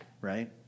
Right